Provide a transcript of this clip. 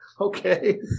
okay